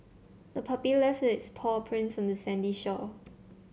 the puppy left its paw prints on the sandy shore